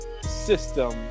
system